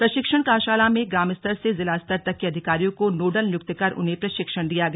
प्रशिक्षण कार्यशाला में ग्राम स्तर से जिला स्तर तक के अधिकारियों को नोडल नियुक्त कर उन्हें प्रशिक्षण दिया गया